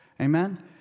Amen